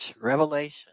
revelation